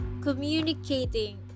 Communicating